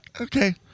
okay